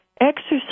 Exercise